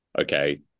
okay